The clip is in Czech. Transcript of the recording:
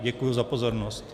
Děkuji za pozornost.